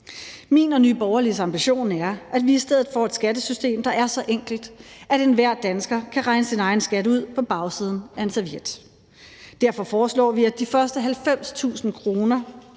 Min og Nye Borgerliges ambition er, at vi i stedet får et skattesystem, der er så enkelt, at enhver dansker kan regne sin egen skat ud på bagsiden af en serviet. Derfor foreslår vi, at de første 90.000 kr.,